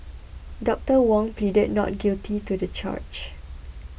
Doctor Wong pleaded not guilty to the charge